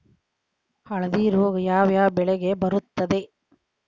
ಹಳದಿ ರೋಗ ಯಾವ ಯಾವ ಬೆಳೆಗೆ ಬರುತ್ತದೆ?